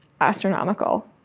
astronomical